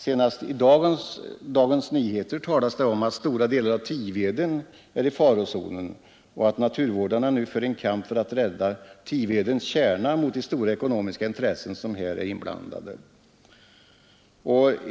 Det nämns senast i dagens nummer av Dagens Nyheter att Tiveden är i farozonen och att naturvårdarna för en kamp för att skydda Tivedens kärna mot de stora ekonomiska intressen som här är inblandade.